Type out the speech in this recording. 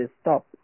stop